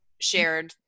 shared